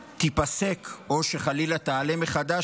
תיפסק ירידת הריבית, או שחלילה תעלה מחדש.